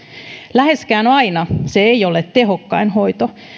läheskään aina se ei ole tehokkain hoito